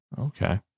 Okay